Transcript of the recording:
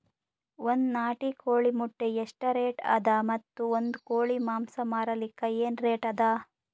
ಒಂದ್ ನಾಟಿ ಕೋಳಿ ಮೊಟ್ಟೆ ಎಷ್ಟ ರೇಟ್ ಅದ ಮತ್ತು ಒಂದ್ ಕೋಳಿ ಮಾಂಸ ಮಾರಲಿಕ ಏನ ರೇಟ್ ಅದ?